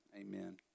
amen